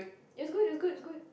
it's good it's good it's good